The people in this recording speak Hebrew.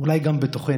אולי גם בתוכנו.